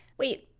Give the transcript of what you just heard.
wait,